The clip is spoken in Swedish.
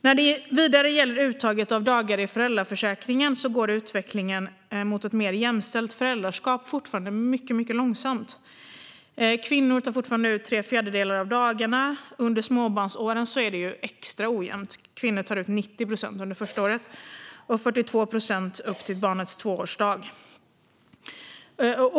När det vidare gäller uttaget av dagar i föräldraförsäkringen går utvecklingen mot ett mer jämställt föräldraskap fortfarande mycket långsamt. Kvinnor tar fortfarande ut tre fjärdedelar av dagarna. Under småbarnsåren är det extra ojämnt. Kvinnor tar ut 90 procent under det första året och 82 procent upp till barnets tvåårsdag.